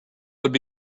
would